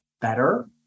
better